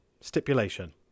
Stipulation